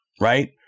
right